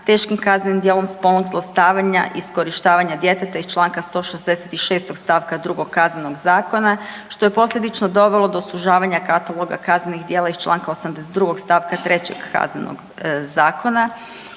teškim kaznenim djelom spolnog zlostavljanja, iskorištavanja djeteta iz čl. 166. st. 2 Kaznenog zakona, što je posljedično dovelo do sužavanja kataloga kaznenih djela iz čl. 82. st. 3. Kaznenog zakona